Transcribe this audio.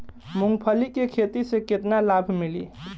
मूँगफली के खेती से केतना लाभ मिली?